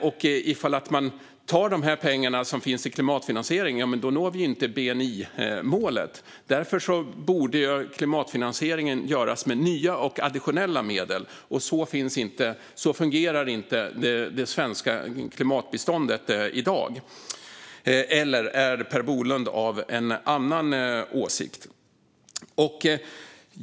Om man tar de pengar som finns i klimatfinansiering når vi ju inte bni-målet. Därför borde klimatfinansieringen göras med nya och additionella medel. Så fungerar inte det svenska klimatbiståndet i dag - eller är Per Bolund av en annan åsikt?